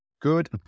good